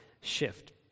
shift